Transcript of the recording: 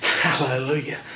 Hallelujah